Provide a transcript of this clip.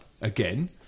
again